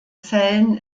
zellen